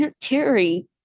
Terry